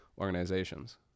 organizations